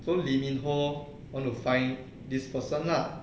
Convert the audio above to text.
so lee min ho want to find this person lah